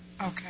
Okay